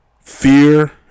Fear